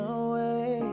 away